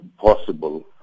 possible